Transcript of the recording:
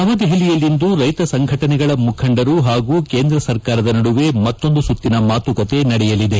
ನವದೆಹಲಿಯಲ್ಲಿಂದು ರೈತ ಸಂಘಟನೆಗಳ ಮುಖಂಡರು ಹಾಗೂ ಕೇಂದ್ರ ಸರ್ಕಾರದ ನಡುವೆ ಮತ್ತೊಂದು ಸುತ್ತಿನ ಮಾತುಕತೆ ನಡೆಯಲಿದೆ